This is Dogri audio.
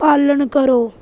पालन करो